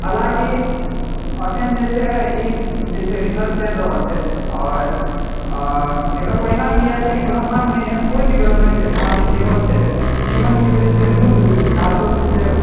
हलाँकि एखन जे छै ई जे छै रिसर्च चलि रहल छै आओर आ एकर परिणाम ई आयल छै कि ब्रह्माण्ड मे एहन कोई भी ग्रह नहि छै जहाँ पर जीवन छै जीवन के लियऽ छै मूल धातु जे छै